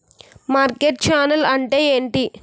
Market channel అంటే ఏంటి?